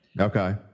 Okay